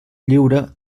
lliure